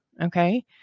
Okay